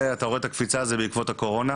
אתה רואה את הקפיצה הזאת בעקבות הקורונה?